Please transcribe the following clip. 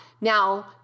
Now